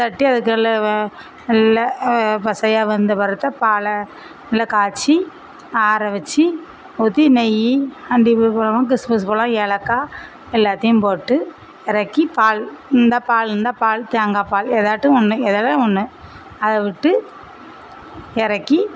தட்டி அதுக்குள்ளே வெ நல்ல பசையாக வந்தப்புறத்தான் பாலை நல்லா காய்ச்சி ஆற வச்சு ஊற்றி நெய் பருப்பு போடலாம் கிஸ்மிஸ் போடலாம் ஏலக்காய் எல்லாத்தேயும் போட்டு இறக்கி பால் இருந்தால் பால் இருந்தால் பால் தேங்காய்ப்பால் எதாகட்டும் ஒன்று எதனா ஒன்று அதை விட்டு இறக்கி